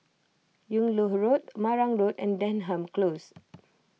Yung Loh Road Marang Road and Denham Close